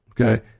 Okay